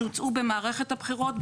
שהוצאו במערכת הבחירות,